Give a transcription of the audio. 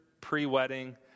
pre-wedding